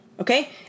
Okay